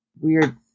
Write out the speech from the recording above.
weird